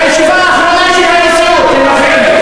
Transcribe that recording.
בישיבה האחרונה של הנשיאות, הם מפריעים לי.